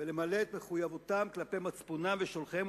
ולמלא את מחויבותם כלפי מצפונם ושולחיהם